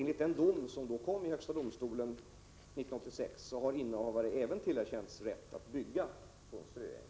Enligt den dom som fastslogs i högsta domstolen 1986 har innehavare även tillerkänts rätten att bygga på ströäng.